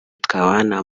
twabana